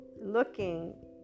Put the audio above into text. looking